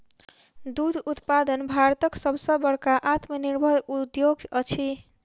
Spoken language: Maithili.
दूध उत्पादन भारतक सभ सॅ बड़का आत्मनिर्भर उद्योग अछि